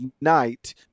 night